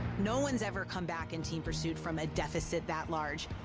no one's ever come back in team pursuit from a deficit that large.